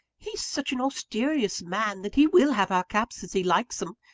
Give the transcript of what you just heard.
he's such an austerious man, that he will have our caps as he likes em.